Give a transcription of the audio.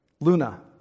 Luna